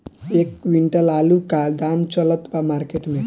एक क्विंटल आलू के का दाम चलत बा मार्केट मे?